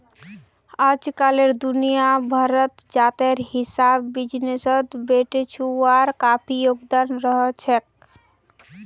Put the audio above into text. अइजकाल दुनिया भरत जातेर हिसाब बिजनेसत बेटिछुआर काफी योगदान रहछेक